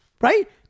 Right